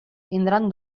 tindran